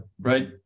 right